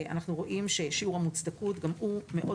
אנחנו רואים ששיעור המוצדקות גם הוא מאוד